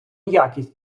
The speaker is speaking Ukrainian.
якість